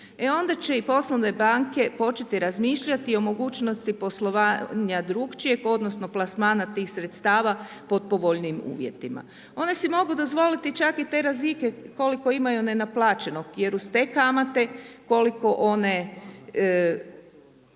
e onda će i poslovne banke početi razmišljati o mogućnosti poslovanja drukčijeg odnosno plasmana tih sredstava pod povoljnijim uvjetima. One si mogu dozvoliti čak i te rizike koliko imaju nenaplaćenog jer uz te kamate koliko one